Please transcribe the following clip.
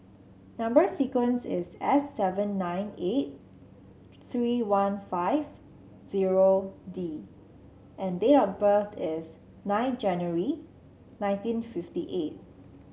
number sequence is S seven nine eight three one five zero D and date of birth is nine January nineteen fifty eight